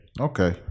Okay